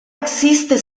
existe